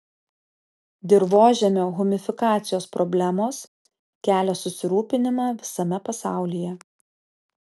dirvožemio humifikacijos problemos kelia susirūpinimą visame pasaulyje